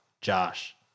Josh